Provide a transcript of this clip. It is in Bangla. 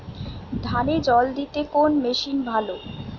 ধানে জল দিতে কোন মেশিন ভালো?